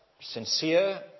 sincere